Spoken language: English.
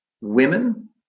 women